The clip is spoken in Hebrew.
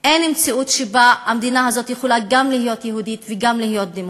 אין מציאות שבה המדינה יכולה גם להיות יהודית וגם להיות דמוקרטית.